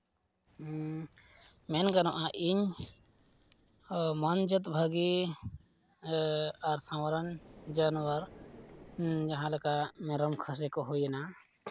ᱢᱮᱱ ᱜᱟᱱᱚᱜᱼᱟ ᱤᱧ ᱢᱚᱱᱡᱩᱛ ᱵᱷᱟᱹᱜᱤ ᱟᱨ ᱥᱟᱶᱟᱨᱟᱱ ᱡᱟᱱᱣᱟᱨ ᱡᱟᱦᱟᱸ ᱞᱮᱠᱟ ᱢᱮᱨᱚᱢ ᱠᱷᱟᱹᱥᱤ ᱠᱚ ᱦᱩᱭᱮᱱᱟ